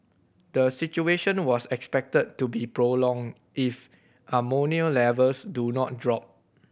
the situation was expected to be prolonged if ammonia levels do not drop